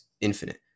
infinite